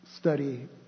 Study